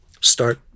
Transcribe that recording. start